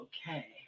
Okay